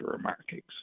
markings